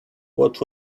what